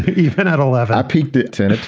even at all. have i peaked at ten at